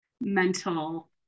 mental